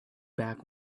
back